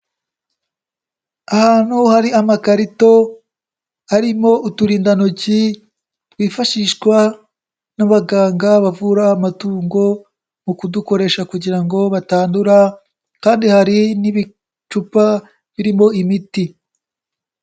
Ahantu hari amakarito harimo uturindantoki twifashishwa n'abaganga bavura amatungo mu kudukoresha kugira ngo batandura kandi hari n'ibicupa birimo imiti.